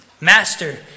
Master